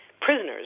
prisoners